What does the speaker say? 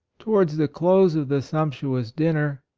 towards the close of the sumptuous dinner,